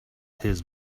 his